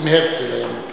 אם הרצל היה מבקש.